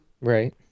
Right